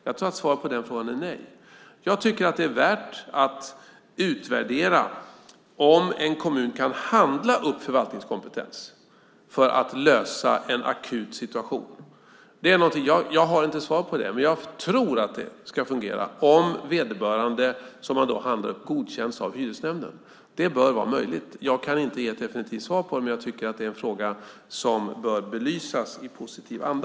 Jag tror att svaret på den frågan är nej. Jag tycker att det är värt att utvärdera om en kommun kan handla upp förvaltningskompetens för att lösa en akut situation. Jag har inte svar på det, men jag tror att det ska fungera om vederbörande, som man handlar upp, godkänns av hyresnämnden. Det bör vara möjligt. Jag kan inte ge ett definitivt svar, men jag tycker att det är en fråga som bör belysas i positiv anda.